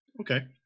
Okay